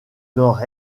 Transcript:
nord